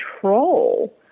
control